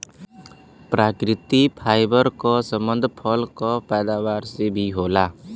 प्राकृतिक फाइबर क संबंध फल क पैदावार से भी होला